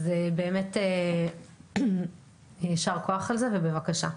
אז באמת יישר כוח על זה, ובבקשה.